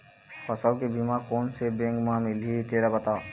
फसल के बीमा कोन से बैंक म मिलही तेला बता?